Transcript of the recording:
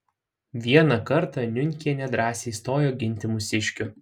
vieną kartą niunkienė drąsiai stojo ginti mūsiškių